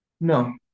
No